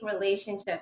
relationship